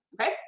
okay